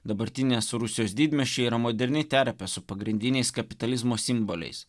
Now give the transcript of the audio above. dabartinės rusijos didmiesčiai yra moderni terpė su pagrindiniais kapitalizmo simboliais